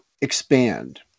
expand